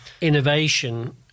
innovation